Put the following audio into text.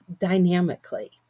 dynamically